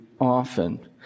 often